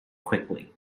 quickly